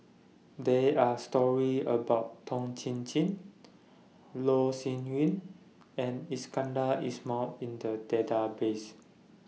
They Are stories about Toh Chin Chye Loh Sin Yun and Iskandar Ismail in The Database